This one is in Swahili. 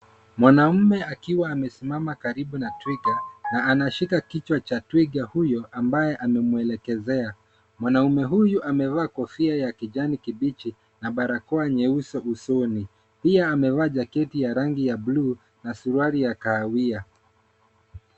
Mwanaume akiwa amesimama karibu na Twiga, anashika kichwa cha twiga huyo ambaye amemuelekezea. Mwanaume huyu amevaa kofia ya Kijani Kibichi na Barakoa Nyeusi usoni. Pia amevaa jaketi ya rangi ya bluu na suruali ya kahawia.